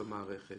למשל,